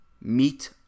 Meat